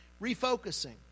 Refocusing